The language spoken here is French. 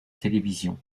télévision